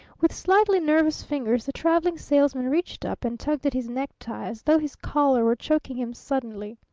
with slightly nervous fingers the traveling salesman reached up and tugged at his necktie as though his collar were choking him suddenly.